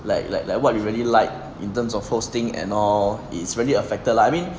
like like like what you really like in terms of hosting and all it's really affected lah I mean